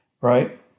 Right